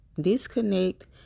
disconnect